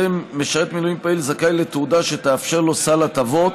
משרת מילואים פעיל זכאי לתעודה שתאפשר לו סל הטבות,